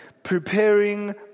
Preparing